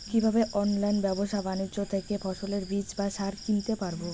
কীভাবে অনলাইন ব্যাবসা বাণিজ্য থেকে ফসলের বীজ বা সার কিনতে পারবো?